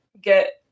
get